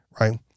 Right